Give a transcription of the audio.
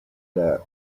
that